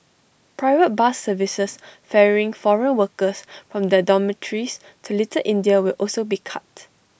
private bus services ferrying foreign workers from their dormitories to little India will also be cut